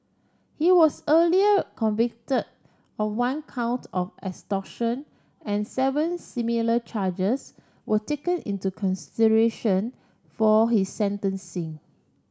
he was earlier convicted of one count of extortion and seven similar charges were taken into consideration for his sentencing